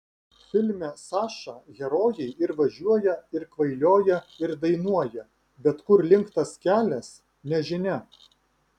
filme saša herojai ir važiuoja ir kvailioja ir dainuoja bet kur link tas kelias nežinia